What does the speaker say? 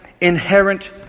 inherent